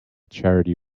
charity